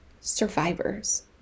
survivors